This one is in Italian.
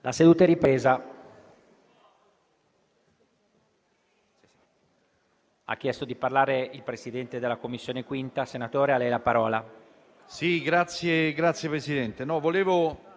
La seduta è ripresa.